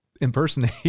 impersonate